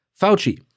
Fauci